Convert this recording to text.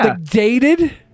dated